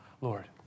Lord